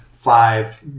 five